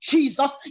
Jesus